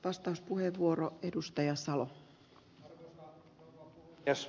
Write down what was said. arvoisa herra puhemies